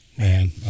man